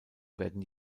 werden